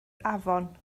afon